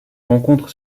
rencontre